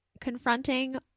confronting